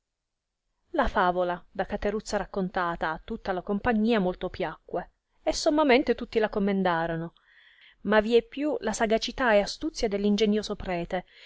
la favola da cateruzza raccontata a tutta la compagnia molto piacque e sommamente tutti la commendorono ma vie più la sagacità e astuzia dell ingenioso prete